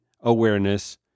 awareness